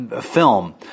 film